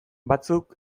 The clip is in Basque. batzuk